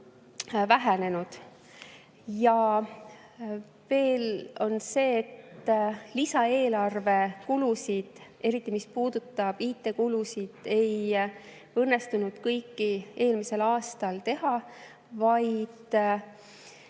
vähenenud. Ja veel, lisaeelarve kulusid, eriti mis puudutab IT‑kulusid, ei õnnestunud kõiki eelmisel aastal teha, suur